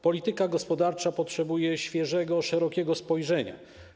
Polityka gospodarcza potrzebuje świeżego, szerokiego spojrzenia.